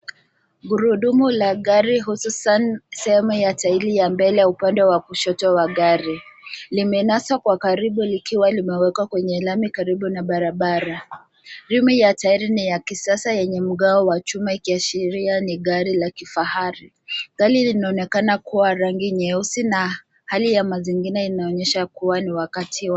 Gurudumu la gari hususan sehemu ya tairi ya mbele ya upande wa kushoto wa gari. Limenaswa kwa karibu likiwa limewekwa kwenye lami karibu na barabara. Rimu ya tairi ni ya kisasa yenye mgao wa chuma ikiashiria ni gari la kifahari. Gari linaonekana kuwa rangi nyeusi na hali ya mazingira inaonyesha kuwa ni wakati wa.